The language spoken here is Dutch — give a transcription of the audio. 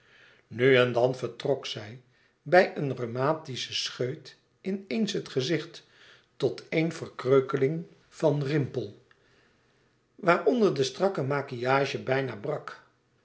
nu en dan vertrok zij bij een rheumatischen scheut in eens het gezicht tot ééne verkreukeling van rimpel waaronder de strakke maquillage bijna brak